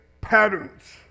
Patterns